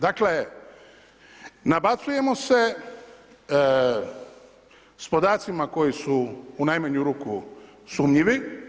Dakle, nabacujemo se s podacima koji su u najmanju ruku sumnjivi.